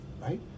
right